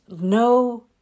no